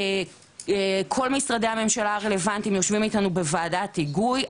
כל משרדי הממשלה הרלוונטיים יושבים איתנו בוועדת היגוי,